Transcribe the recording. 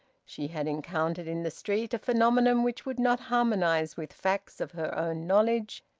she had encountered in the street a phenomenon which would not harmonise with facts of her own knowledge,